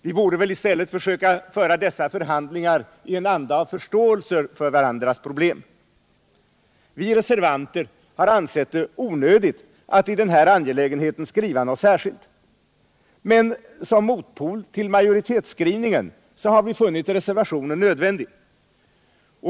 Vi borde väl i stället försöka föra dessa förhandlingar i en anda av förståelse för varandras problem. Vi reservanter har ansett det onödigt att i den här angelägenheten skriva någonting särskilt. Men som motpol till majoritetsskrivningen har vi funnit reservationen nödvändig.